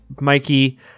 mikey